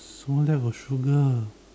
someone lack of sugar